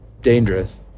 dangerous